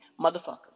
motherfuckers